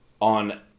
on